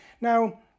Now